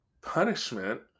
punishment